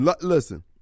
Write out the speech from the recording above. Listen